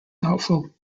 doubtful